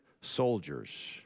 soldiers